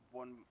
one